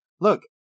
look